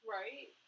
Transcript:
right